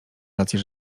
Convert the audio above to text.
rację